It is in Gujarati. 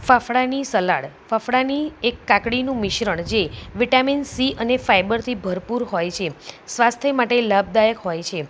ફાફડાની સલાડ ફાફડાની એક કાકડીનું મિશ્રણ જે વિટામિન સી અને ફાઇબરથી ભરપૂર હોય છે સ્વાસ્થ્ય માટે લાભદાયક હોય છે